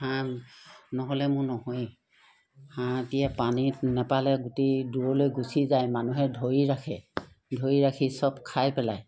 হাঁহ নহ'লে মোৰ নহয়েই হাঁহ এতিয়া পানী নেপালে গোটেই দূৰলৈ গুচি যায় মানুহে ধৰি ৰাখে ধৰি ৰাখি চব খাই পেলায়